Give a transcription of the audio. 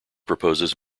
proposes